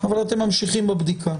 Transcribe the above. אבל אתם ממשיכים בבדיקה.